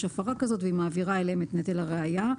הפרה כזאת והיא מעבירה אליהם את נטל הראיה.